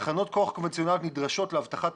תחנות כוח קונבנציונאליות נדרשות לאבטחת